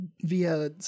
via